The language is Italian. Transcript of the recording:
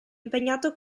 impegnato